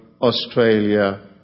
Australia